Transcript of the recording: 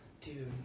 Dude